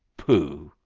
pooh!